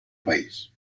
país